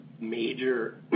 major